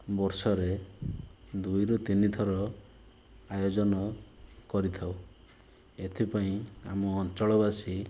ବର୍ଷରେ ଦୁଇରୁ ତିନିଥର ଆୟୋଜନ କରିଥାଉ ଏଥିପାଇଁ ଆମ ଅଞ୍ଚଳବାସୀ